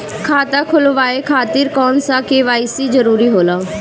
खाता खोलवाये खातिर कौन सा के.वाइ.सी जरूरी होला?